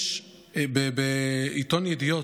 יש בעיתון ידיעות,